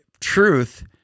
Truth